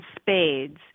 spades